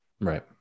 Right